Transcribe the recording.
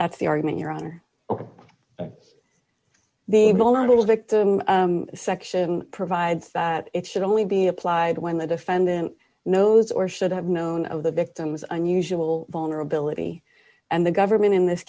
that's the argument you're on the vulnerable victim section provides that it should only be applied when the defendant knows or should have known of the victim's unusual vulnerability and the government in this